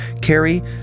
Carrie